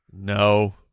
No